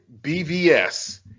BVS